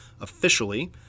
officially